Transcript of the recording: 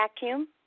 vacuum